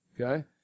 Okay